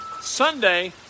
Sunday